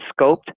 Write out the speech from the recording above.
scoped